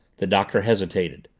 the doctor hesitated.